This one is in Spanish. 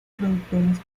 productoras